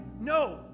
No